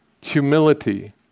Humility